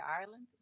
Ireland